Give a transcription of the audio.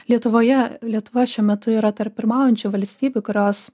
lietuvoje lietuva šiuo metu yra tarp pirmaujančių valstybių kurios